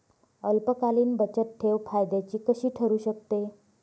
अल्पकालीन बचतठेव फायद्याची कशी ठरु शकते?